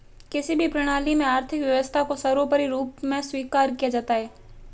किसी भी प्रणाली में आर्थिक व्यवस्था को सर्वोपरी रूप में स्वीकार किया जाता है